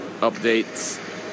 updates